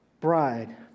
bride